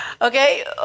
okay